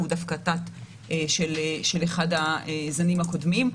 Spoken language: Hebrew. הוא דווקא תת של אחד הזנים הקודמים.